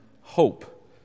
hope